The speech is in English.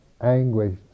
anguish